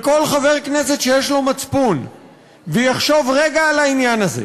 כל חבר כנסת שיש לו מצפון ויחשוב רגע על העניין הזה,